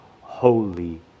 holy